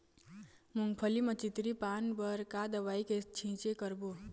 मूंगफली म चितरी पान बर का दवई के छींचे करबो?